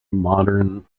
modern